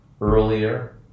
earlier